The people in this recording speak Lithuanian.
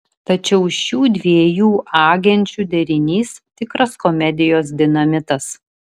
tačiau šių dviejų agenčių derinys tikras komedijos dinamitas